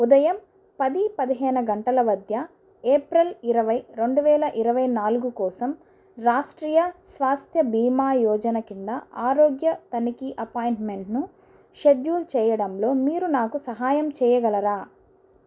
ఉదయం పది పదిహేను గంటల మధ్య ఏప్రిల్ ఇరవై రెండు వేల ఇరవై నాలుగు కోసం రాష్ట్రీయ స్వాస్థ్య భీమా యోజన కింద ఆరోగ్య తనిఖీ అపాయింట్మెంట్ను షెడ్యూల్ చేయడంలో మీరు నాకు సహాయం చేయగలరా